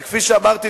וכפי שאמרתי,